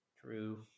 True